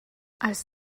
als